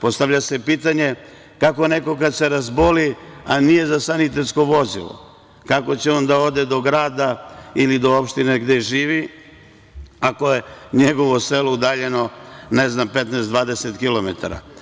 Postavlja se pitanje – kako neko kad se razboli a nije za sanitetsko vozilo, kako će on da ode do grada ili do opštine gde živi ako je njegovo selo udaljeno 15, 20 kilometara?